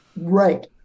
Right